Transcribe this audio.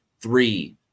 three